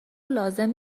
لازم